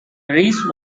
rees